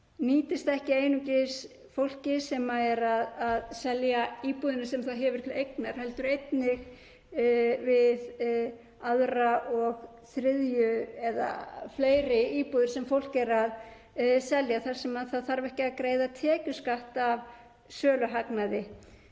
nýtist ekki einungis fólki sem er að selja íbúðir sem það hefur til eignar heldur einnig við aðra og þriðju eða fleiri íbúðir sem fólk er að selja þar sem það þarf ekki að greiða tekjuskatt af söluhagnaði.